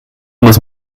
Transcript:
muss